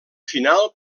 final